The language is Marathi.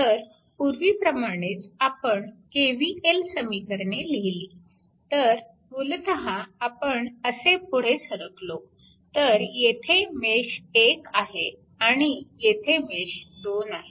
तर पूर्वीप्रमाणेच आपण KVL समीकरणे लिहिली तर मूलतः आपण असे पुढे सरकलो तर येथे मेश 1 आहे आणि येथे मेश 2 आहे